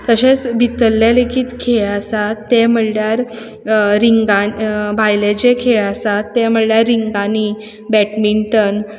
तशेंच भितरलें लेगीत खेळ आसा ते म्हणल्यार रिंग रिंगां भायले जे खेळ आसात ते म्हणल्यार रिंगांनी बेटमिंटन